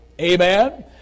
Amen